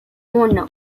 uno